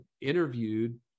interviewed